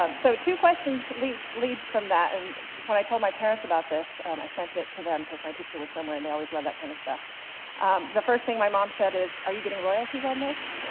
um so two questions lead lead from that, and when i told my parents about this i sent it to them because my picture was somewhere, and they always love that kind of stuff the first thing my mom said is, are you getting royalties on this?